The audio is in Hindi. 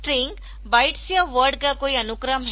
स्ट्रिंग बाइट्स या वर्ड का कोई अनुक्रम है